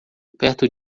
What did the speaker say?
perto